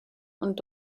und